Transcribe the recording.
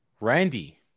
Randy